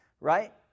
right